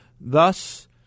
Thus